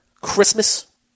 Christmas